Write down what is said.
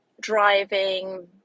driving